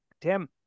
Tim